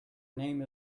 name